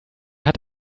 hat